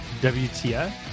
WTF